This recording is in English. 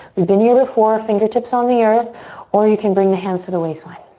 you've been here before. fingertips on the earth or you can bring the hands of the waistline.